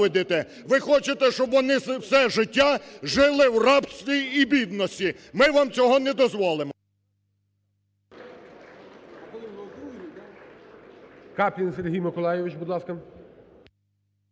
ви хочете, щоб вони все життя жили в рабстві і бідності. Ми вам цього не дозволимо!